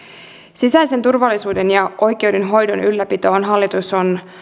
sisäisen turvallisuuden ja oikeudenhoidon ylläpitoon hallitus on